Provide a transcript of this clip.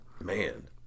Man